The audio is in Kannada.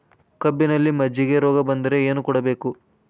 ಕಬ್ಬಿನಲ್ಲಿ ಮಜ್ಜಿಗೆ ರೋಗ ಬಂದರೆ ಏನು ಮಾಡಬೇಕು?